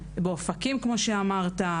באופקים כמו שאמרת,